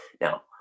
Now